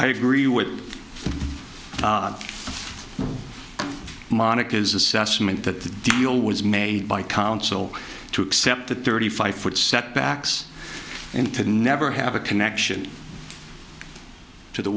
i agree with monica's assessment that the deal was made by council to accept the thirty five foot setbacks and to never have a connection to the